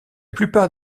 plupart